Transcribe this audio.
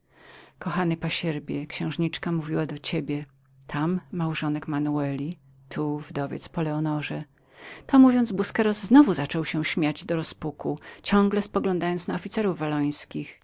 kochany pasierbie księżniczka mówiła ci tam małżonek manueli tu wdowiec po leonorze to mówiąc busqueros znowu zaczął śmiać się do rozpuku ciągle poglądając na officerów